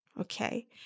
Okay